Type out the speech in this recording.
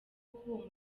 uwo